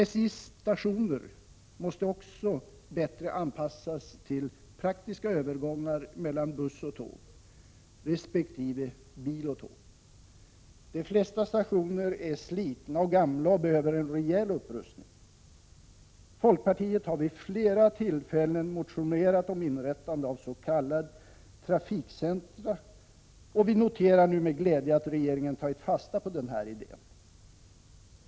SJ:s stationer måste också bättre anpassas till praktiska övergångar mellan buss och tåg resp. bil och tåg. De flesta stationer är slitna och gamla och behöver en rejäl upprustning. Folkpartiet har vid flera tillfällen motionerat om inrättande av s.k. trafikcentra. Vi noterar nu med glädje att regeringen tagit fasta på denna idé.